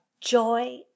joy